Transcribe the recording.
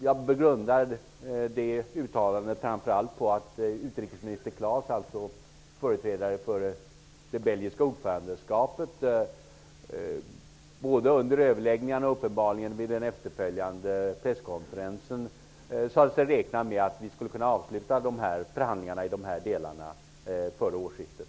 Jag grundar detta framför allt på att utrikesminister Claes, företrädare för det belgiska ordförandeskapet, både under överläggningarna och uppenbarligen vid den efterföljande presskonferensen sade sig räkna med att förhandlingarna i dessa delar skulle kunna avslutas före årsskiftet.